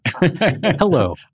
Hello